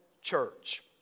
church